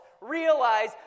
...realize